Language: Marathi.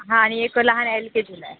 हां आणि एक लहान एल के जीला आहे